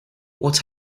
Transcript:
what